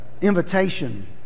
invitation